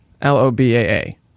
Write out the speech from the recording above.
L-O-B-A-A